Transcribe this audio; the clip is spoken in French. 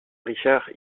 richard